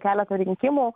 keletą rinkimų